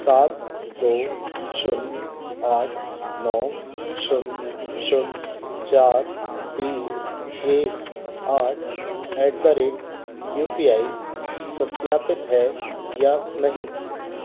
सात दो शून्य आठ नो शून्य शून्य चार तीन नौ एक आठ at the rate U P I सत्यापित है या नहीं